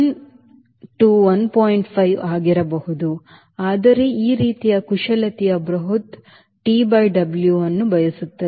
5 ಆಗಿರಬಹುದು ಆದರೆ ಈ ರೀತಿಯ ಕುಶಲತೆಯು ಬೃಹತ್ TW ಅನ್ನು ಬಯಸುತ್ತದೆ